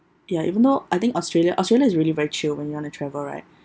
ya if not I think australia australia is really very chill when you want to travel right